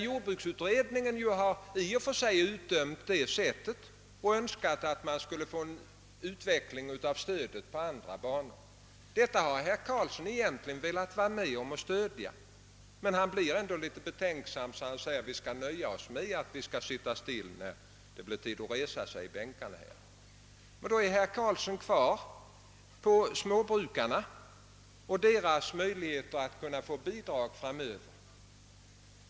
Jordbruksutredningen har utdömt denna form av bidragsgivning och i stället föreslagit en utveckling av stödet efter andra banor. Detta centerpartiförslag hade herr Karlsson i Huddinge egentligen velat stödja, men han har ändå blivit litet betänksam och säger nu, att han och hans partivänner kommer att avstå från att rösta på denna punkt. Herr Karlsson uppehåller sig emellertid ytterligare vid småbrukarnas problem och möjligheter för dem att få bidrag framöver.